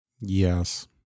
Yes